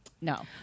No